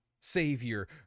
savior